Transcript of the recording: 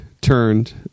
turned